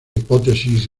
hipótesis